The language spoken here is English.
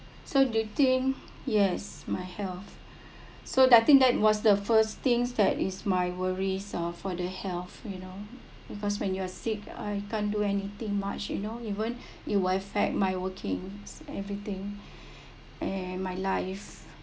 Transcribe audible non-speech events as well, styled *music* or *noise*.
so do you think yes my health so I think that was the first things that is my worries ah for the health you know because when you are sick I can't do anything much you know even *breath* it will affect my working everything *breath* and my life